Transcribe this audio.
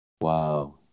wow